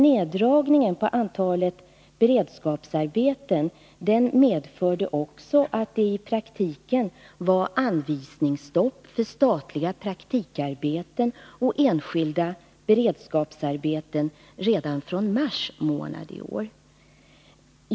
Neddragningen av antalet beredskapsarbeten har dessutom medfört att det i praktiken varit anvisningsstopp i fråga om statliga praktikarbeten och enskilda beredskapsarbeten redan från mars månad i år.